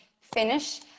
finish